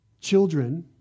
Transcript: Children